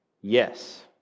Yes